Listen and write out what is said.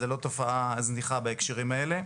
זו לא תופה זניחה בהקשרים האלה.